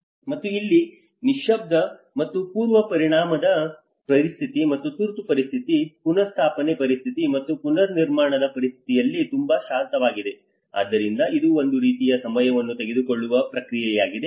ಮತ್ತು ಇಲ್ಲಿ ನಿಶ್ಯಬ್ದ ಮತ್ತು ಪೂರ್ವ ಪರಿಣಾಮದ ಪರಿಸ್ಥಿತಿ ಮತ್ತು ತುರ್ತು ಪರಿಸ್ಥಿತಿ ಪುನಃಸ್ಥಾಪನೆ ಪರಿಸ್ಥಿತಿ ಮತ್ತು ಪುನರ್ನಿರ್ಮಾಣದ ಪರಿಸ್ಥಿತಿಯಲ್ಲಿ ತುಂಬಾ ಶಾಂತವಾಗಿದೆ ಆದ್ದರಿಂದ ಇದು ಒಂದು ರೀತಿಯ ಸಮಯವನ್ನು ತೆಗೆದುಕೊಳ್ಳುವ ಪ್ರಕ್ರಿಯೆಯಾಗಿದೆ